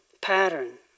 pattern